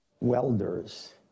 welders